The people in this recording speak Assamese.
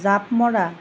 জাঁপ মৰা